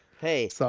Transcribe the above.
Hey